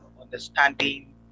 understanding